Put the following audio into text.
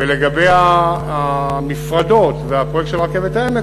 לגבי המפרדות והפרויקט של רכבת העמק,